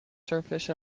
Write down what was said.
surface